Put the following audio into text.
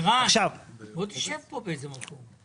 ערן, בוא תשב פה באיזה מקום.